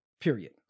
period